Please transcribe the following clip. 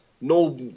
No